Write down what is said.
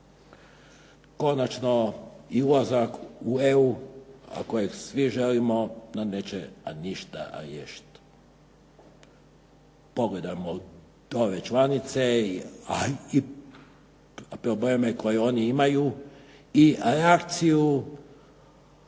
Konačno i ulazak u EU kojeg svi želimo neće ništa riješiti. Pogledajmo ove članice i probleme koje oni imaju i reakciju